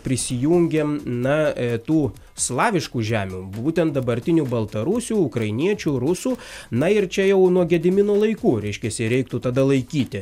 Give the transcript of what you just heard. prisijungėm na tų slaviškų žemių būtent dabartinių baltarusių ukrainiečių rusų na ir čia jau nuo gedimino laikų reiškiasi reiktų tada laikyti